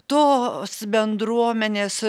tos bendruomenės